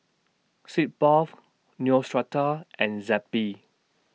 Sitz Bath Neostrata and Zappy